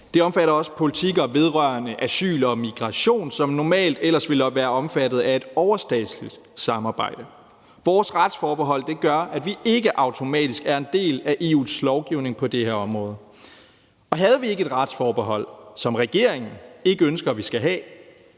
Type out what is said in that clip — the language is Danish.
Det omfatter også politikker vedrørende asyl og migration, som normalt ellers ville være omfattet af et overstatsligt samarbejde. Vores retsforbehold gør, at vi ikke automatisk er en del af EU's lovgivning på det her område. Og havde vi ikke et retsforbehold, som regeringen ikke ønsker at vi skal have,